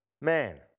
man